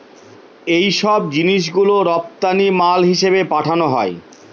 এইসব জিনিস গুলো রপ্তানি মাল হিসেবে পাঠানো হয়